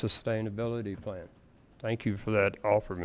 sustainability plan thank you for that offer